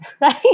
Right